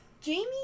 Jamie